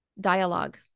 dialogue